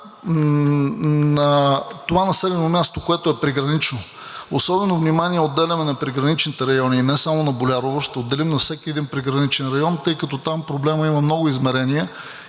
това населено място, което е пригранично. Особено внимание отделяме на приграничните райони и не само на Болярово, ще отделим на всеки един приграничен район, тъй като там проблемът има много измерения